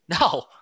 No